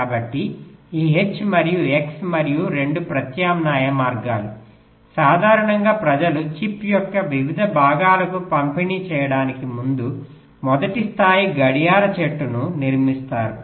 కాబట్టి ఈ H మరియు X మరియు 2 ప్రత్యామ్నాయ మార్గాలు సాధారణంగా ప్రజలు చిప్ యొక్క వివిధ భాగాలకు పంపిణీ చేయడానికి ముందు మొదటి స్థాయి గడియార చెట్టును నిర్మిస్తారు